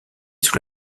sous